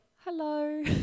Hello